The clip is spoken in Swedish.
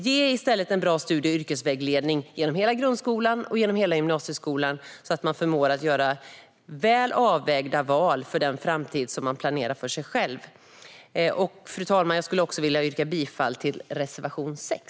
Ge i stället en bra studie och yrkesvägledning genom hela grundskolan och genom hela gymnasieskolan så att man förmår att göra väl avvägda val för den framtid som man planerar för sig själv! Fru talman! Jag yrkar bifall till reservation 6.